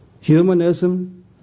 humanism